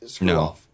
No